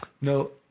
No